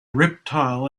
reptile